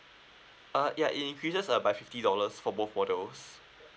uh yeah it increases uh by fifty dollars for both models